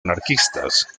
anarquistas